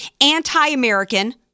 Anti-American